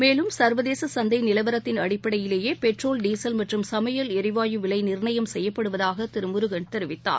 மேலும் சர்வதேச சந்தை நிலவரத்தின் அடிப்படையிலேயே பெட்ரோல் டீசல் மற்றும் சமையல் எரிவாயு விலை நிர்ணயம் செய்யப்படுவதாக திரு முருகன் தெரிவித்தார்